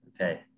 Okay